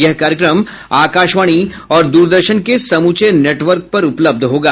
यह कार्यक्रम आकाशवाणी और द्रदर्शन के समूचे नेटवर्क पर उपलब्ध होगा